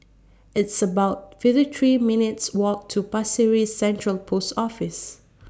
It's about fifty three minutes' Walk to Pasir Ris Central Post Office